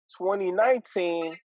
2019